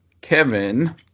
Kevin